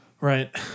Right